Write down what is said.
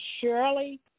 Shirley